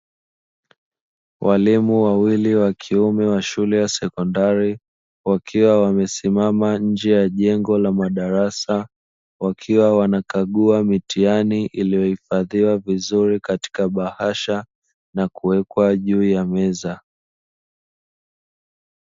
Walimu wawili wa kiume wa shule ya sekondari wakiwa wamesimama nje ya jengo la madarasa, wakiwa wanakagua mitihani iliyohifadhiwa vizuri katika bahasha na kuwekwa juu ya meza.